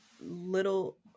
little